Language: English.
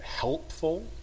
helpful